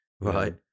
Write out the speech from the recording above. right